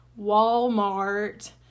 Walmart